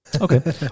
Okay